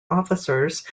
officers